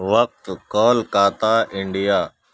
وقت کولکاتا انڈیا